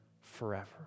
forever